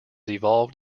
evolved